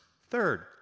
Third